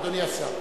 אדוני השר.